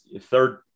third